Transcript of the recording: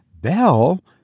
Bell